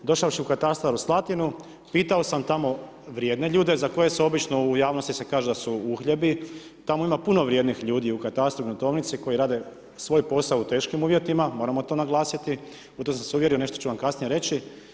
Došavši u katastar u Slatinu, pitao sam tamo vrijedne ljude za koje se obično u javnosti se kaže da su uhljebi, tamo ima puno vrijednih ljudi u katastru u gruntovnici koji rade svoj posao u teškim uvjetima, moramo to naglasiti, u tom sam se uvjerio, nešto ću vam kasnije reći.